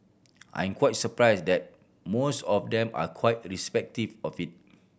I'm quite surprised that most of them are quite respective of